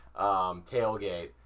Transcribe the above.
tailgate